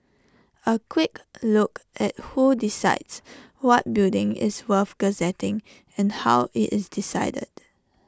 A quick look at who decides what building is worth gazetting and how IT is decided